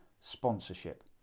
sponsorship